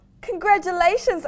Congratulations